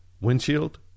windshield